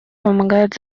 помогает